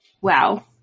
wow